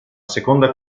seconda